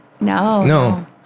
No